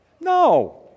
No